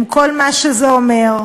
עם כל מה שזה אומר.